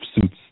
suits